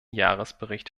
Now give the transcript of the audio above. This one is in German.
jahresbericht